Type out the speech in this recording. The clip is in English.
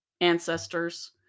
ancestors